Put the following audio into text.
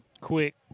quick